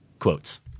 Quotes